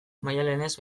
maialenez